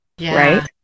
right